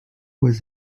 was